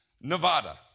Nevada